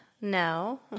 no